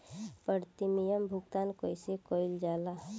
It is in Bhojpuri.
प्रीमियम भुगतान कइसे कइल जाला?